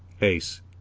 Ace